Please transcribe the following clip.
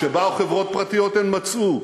כשבאו חברות פרטיות, הן מצאו.